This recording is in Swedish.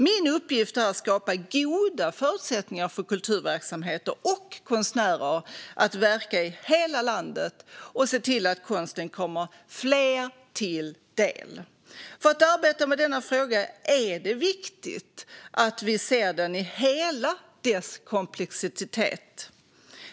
Min uppgift är att skapa goda förutsättningar för kulturverksamheter och konstnärer att verka i hela landet och se till att konsten kommer fler till del. För att arbeta med denna fråga är det viktigt att vi ser den i hela dess komplexitet.